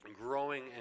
Growing